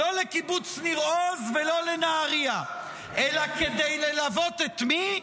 לא לקיבוץ ניר עוז ולא לנהריה ------- אלא כדי ללוות את מי?